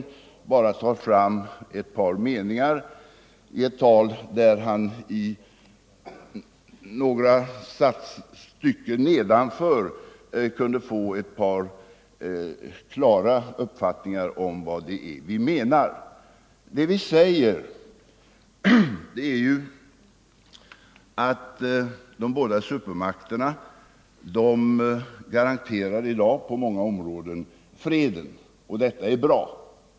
Varför tar han bara fram ett par meningar i ett tal då han i några stycken nedanför detta kan få en klar uppfattning om vad det är vi menar? Vi säger att de båda supermakterna i dag på många områden garanterar freden, och detta är bra.